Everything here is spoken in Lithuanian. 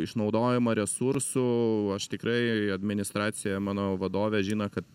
išnaudojimą resursų aš tikrai administracija mano vadovė žino kad